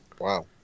Wow